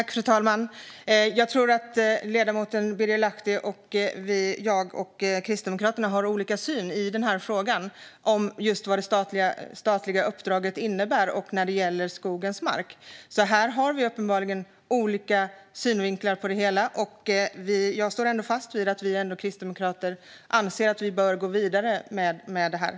Fru talman! Jag tror att ledamoten Birger Lahti och vi kristdemokrater har olika syn i fråga om vad det statliga uppdraget innebär när det gäller skogens mark. Här har vi uppenbarligen olika synvinklar på det hela. Jag står ändå fast vid att vi kristdemokrater anser att vi bör gå vidare med denna fråga.